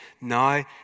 Now